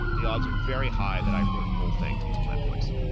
the odds are very high that i wrote the whole thing using my voice.